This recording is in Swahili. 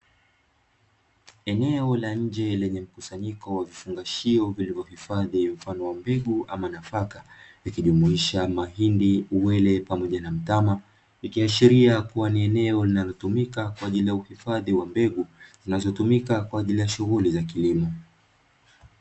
Eneo la nje lenye mkusanyiko wa vifungashio vilivyohifadhi mfano wa mbegu ama nafaka, vikijumuisha: mahindi, uwele pamoja na mtama; ikiashiria kuwa ni eneo linalotumika kwa ajili ya uhifadhi wa mbegu zinazotumika kwa ajili ya shughuli za kilimo.